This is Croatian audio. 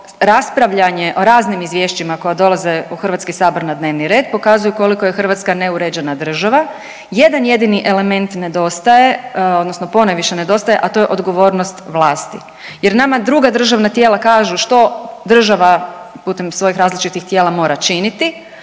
raspravljanje o raznim izvješćima koja dolaze u HS na dnevni red pokazuje koliko je Hrvatska neuređena država. jedan jedini element nedostaje odnosno ponajviše nedostaje, a to je odgovornost vlasti jer nam druga državna tijela kažu što država putem svojih različitih tijela mora činiti,